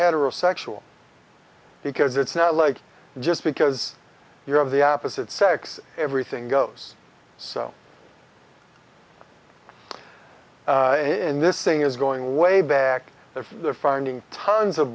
heterosexual because it's not like just because you're of the opposite sex everything goes so in this thing is going way back there they're finding tons of